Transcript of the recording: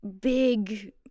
big